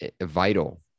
vital